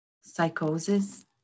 Psychosis